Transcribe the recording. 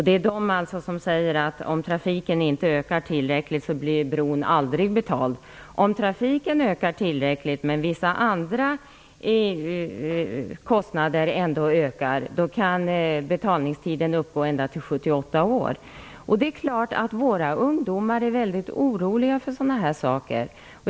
Det är alltså Dagens Industri som säger att bron aldrig blir betald om trafiken inte ökar tillräckligt. Om trafiken ökar tillräckligt men vissa andra kostnader ändå ökar kan betalningstiden uppgå ända till 78 år. Det är klart att våra ungdomar är väldigt oroliga för sådana här saker.